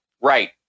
Right